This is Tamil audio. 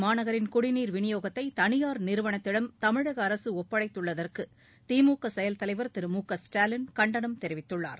மாநகரின் குடிநீர் விநியோகத்தை தனியார் நிறுவனத்திடம் தமிழக கோவை அரசு ஒப்படைத்துள்ளதற்கு திமுக செயல்தலைவர் திரு மு க ஸ்டாலின் கண்டனம் தெரிவித்துள்ளார்